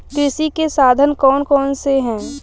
कृषि के साधन कौन कौन से हैं?